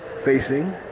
facing